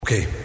Okay